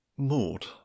Maud